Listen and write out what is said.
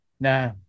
Nah